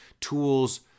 tools